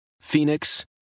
Phoenix